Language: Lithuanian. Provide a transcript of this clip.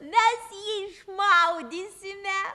mes jį išmaudysime